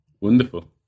Wonderful